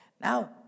Now